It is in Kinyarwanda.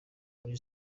muri